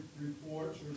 reports